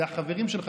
זה החברים שלך,